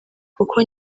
kuko